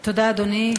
אדוני,